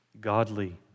godly